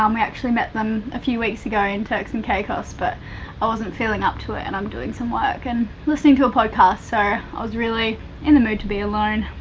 um we actually met them a few weeks ago in turks and caicos, but i wasn't feeling up to it, and i'm doing some work and listening to a podcast, so i was really in the mood to be alone.